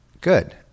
Good